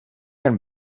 can